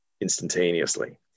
instantaneously